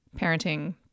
Parenting